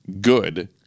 good